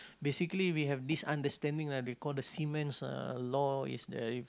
basically we have this understanding lah they call the seamen's uh law if there